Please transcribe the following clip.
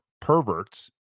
perverts